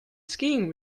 skiing